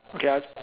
okay I